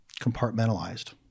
compartmentalized